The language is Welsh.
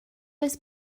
oes